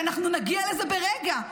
ואנחנו נגיע לזה ברגע.